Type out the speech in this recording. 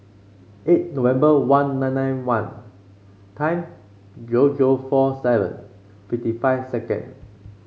eight November one nine nine one time zero zero four seven fifty five second